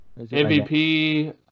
MVP